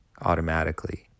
automatically